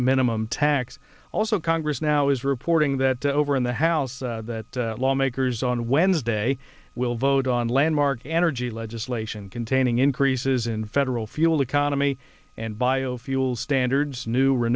minimum tax also congress now is reporting that over in the house that lawmakers on wednesday will vote on landmark energy legislation containing increases in federal fuel economy and biofuels standards new